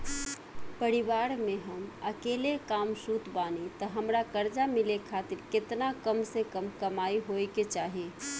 परिवार में हम अकेले कमासुत बानी त हमरा कर्जा मिले खातिर केतना कम से कम कमाई होए के चाही?